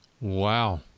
Wow